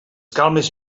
calmes